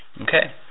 Okay